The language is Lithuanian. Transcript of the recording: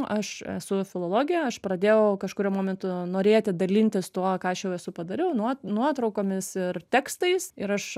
aš esu filologė aš pradėjau kažkuriuo momentu norėti dalintis tuo ką aš jau esu padariau nuo nuotraukomis ir tekstais ir aš